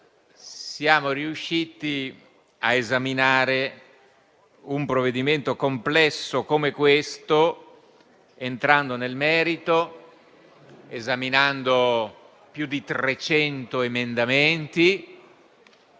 siamo riusciti a esaminare un provvedimento complesso come quello odierno entrando nel merito, vagliando più di trecento emendamenti,